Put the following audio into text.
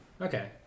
Okay